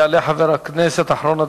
יעלה חבר הכנסת, אחרון הדוברים,